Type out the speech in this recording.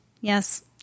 yes